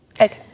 Okay